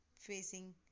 facing